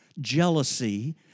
jealousy